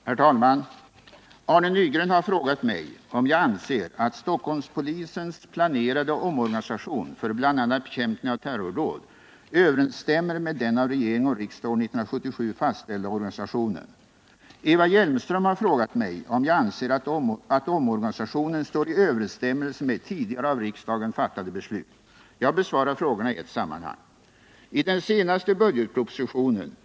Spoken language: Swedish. Herr talman! Arne Nygren har frågat mig om jag anser att Stockholmspolisens planerade omorganisation för bl.a. bekämpning av terrordåd överensstämmer med den av regering och riksdag år 1977 fastställda organisationen. Eva Hjelmström har frågat mig om jag anser att omorganisationen står i överensstämmelse med tidigare av riksdagen fattade beslut. Jag besvarar frågorna i ett sammanhang. I den senaste budgetpropositionen (1977/78:100 bil.